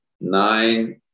nine